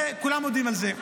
כולם מודים בזה.